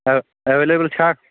ایٚو available چھا